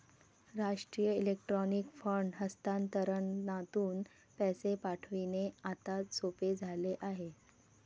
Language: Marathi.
राष्ट्रीय इलेक्ट्रॉनिक फंड हस्तांतरणातून पैसे पाठविणे आता सोपे झाले आहे